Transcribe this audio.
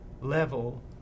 level